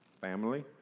family